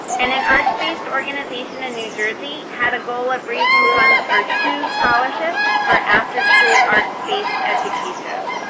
and an arts-based organization in new jersey had a goal of raising funds for two scholarships for afterschool arts-based education.